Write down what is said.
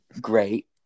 great